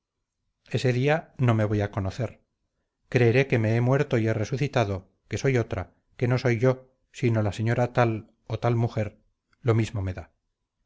ese día no me voy a conocer creeré que me he muerto y he resucitado que soy otra que no soy yo sino la señora tal o tal mujer lo mismo me da